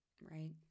right